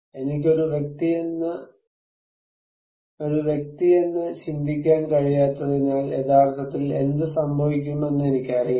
എനിക്ക് ഒരു വ്യക്തിയെന്ന ചിന്തിക്കാൻ കഴിയാത്തതിനാൽ യഥാർത്ഥത്തിൽ എന്ത് സംഭവിക്കുമെന്ന് എനിക്കറിയില്ല